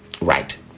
right